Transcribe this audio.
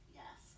yes